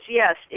yes